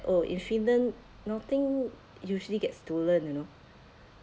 oh in finland nothing usually get stolen you know